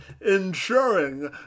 ensuring